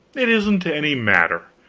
it isn't any matter,